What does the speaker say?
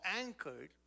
anchored